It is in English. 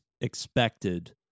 expected